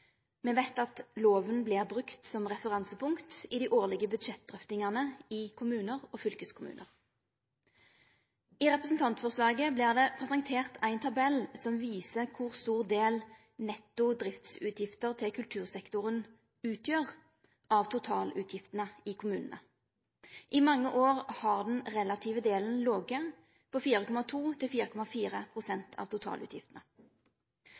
Me veit at loven vert brukt som referansepunkt i dei årlege budsjettdrøftingane i kommunar og fylkeskommunar. I representantforslaget vert det presentert ein tabell som viser kor stor del netto driftsutgifter til kultursektoren utgjer av totalutgiftene i kommunane. I mange år har den relative delen lege på 4,2–4,4 pst. av totalutgiftene.